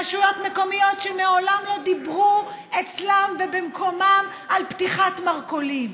רשויות מקומיות שמעולם לא דיברו אצלן ובמקומם על פתיחת מרכולים.